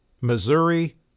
Missouri